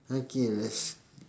okay let's